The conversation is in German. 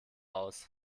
aus